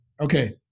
Okay